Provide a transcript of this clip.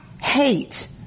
hate